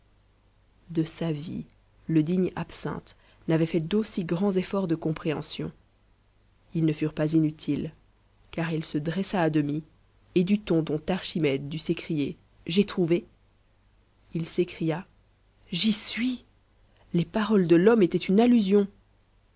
de sa vie le digne absinthe n'avait fait d'aussi grands efforts de compréhension ils ne furent pas inutiles car il se dressa à demi et du ton dont archimède dut crier j'ai trouvé il s'écria j'y suis les paroles de l'homme étaient une allusion